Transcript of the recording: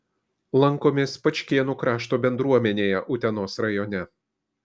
lankomės pačkėnų krašto bendruomenėje utenos rajone